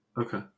Okay